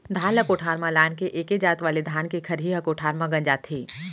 धान ल कोठार म लान के एके जात वाले धान के खरही ह कोठार म गंजाथे